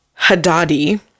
hadadi